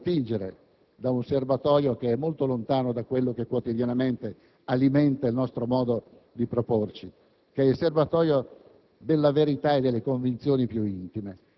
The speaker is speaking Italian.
ci chiedono anche di avere il coraggio di attingere da un serbatoio che è molto lontano da quello che quotidianamente alimenta il nostro modo di proporci, cioè da quello